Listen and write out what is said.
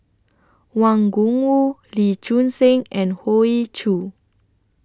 Wang Gungwu Lee Choon Seng and Hoey Choo